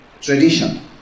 tradition